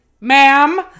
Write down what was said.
Ma'am